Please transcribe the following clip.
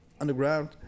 underground